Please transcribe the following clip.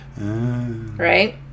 Right